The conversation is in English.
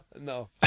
No